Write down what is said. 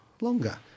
longer